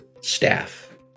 staff